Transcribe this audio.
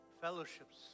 fellowships